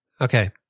Okay